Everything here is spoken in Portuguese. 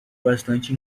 bastante